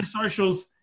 socials